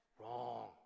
wrong